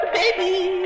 baby